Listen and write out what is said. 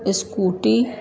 scooty